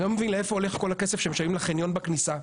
אני לא מבין לאיפה הולך כל הכסף שמשלמים בחניון בכניסה.